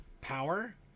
power